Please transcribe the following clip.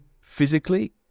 physically